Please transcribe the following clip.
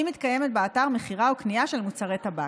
אם מתקיימת באתר מכירה או קנייה של מוצרי טבק.